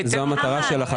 קראתי את החוק ואת ההצעה שלהם.